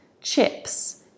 chips